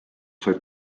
said